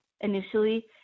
initially